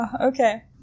Okay